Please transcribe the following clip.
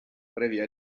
previa